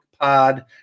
Pod